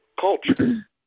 culture